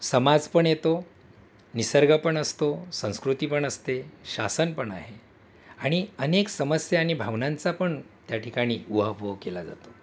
समाज पण येतो निसर्ग पण असतो संस्कृती पण असते शासन पण आहे आणि अनेक समस्या आणि भावनांचा पण त्या ठिकाणी उहापोह केला जातो